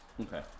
Okay